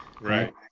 Right